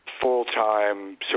full-time